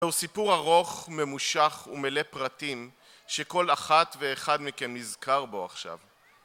והוא סיפור ארוך ממושך ומלא פרטים שכל אחת ואחד מכם נזכר בו עכשיו